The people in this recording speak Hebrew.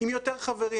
עם יותר חברים,